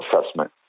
assessment